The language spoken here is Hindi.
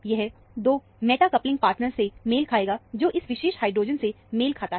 यह 2 मेटा कपलिंग पार्टनर से मेल खाएगा जो इस विशेष हाइड्रोजन से मेल खाता है